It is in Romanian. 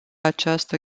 această